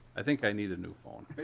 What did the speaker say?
i think i need a new phone.